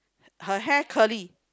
her hair curly